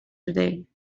today